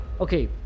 Okay